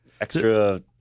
extra